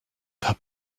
pas